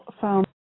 found